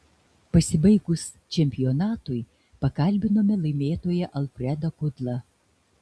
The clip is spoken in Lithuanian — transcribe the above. pasibaigus čempionatui pakalbinome laimėtoją alfredą kudlą